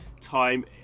time